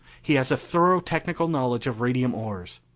he has a thorough technical knowledge of radium ores.